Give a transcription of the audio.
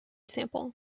sample